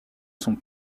son